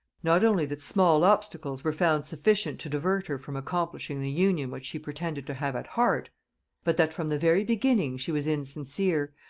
not only that small obstacles were found sufficient to divert her from accomplishing the union which she pretended to have at heart but that from the very beginning she was insincere,